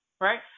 right